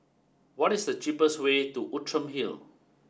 what is the cheapest way to Outram Hill